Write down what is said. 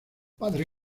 padre